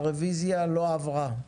הרוויזיה לא עברה.